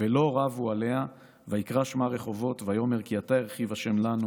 ולא רבו עליה ויקרא שמה רחבות ויאמר כי עתה הרחיב ה' לנו